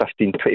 15-20